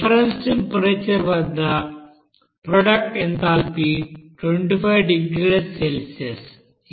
reference temperature వద్ద products enthalpy 25 డిగ్రీల Celsius